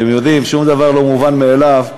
אתם יודעים, שום דבר לא מובן מאליו.